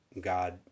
God